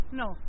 no